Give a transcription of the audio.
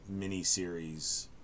miniseries